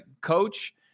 Coach